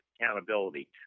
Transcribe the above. accountability